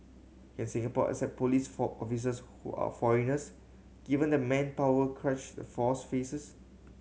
can Singapore accept police officers who are foreigners given the manpower crunch the force faces